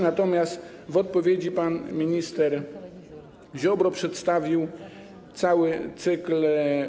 Natomiast w odpowiedzi pan minister Ziobro przedstawił cały cykl.